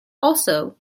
also